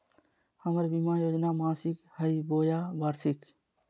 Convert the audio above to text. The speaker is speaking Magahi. हमर बीमा योजना मासिक हई बोया वार्षिक?